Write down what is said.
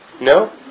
No